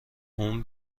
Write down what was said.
اون